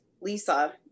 Lisa